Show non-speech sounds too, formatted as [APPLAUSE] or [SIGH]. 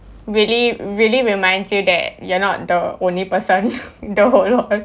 really really reminds you that you're not the only person [LAUGHS] in the whole world